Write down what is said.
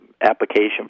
application